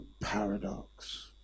paradox